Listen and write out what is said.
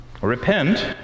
Repent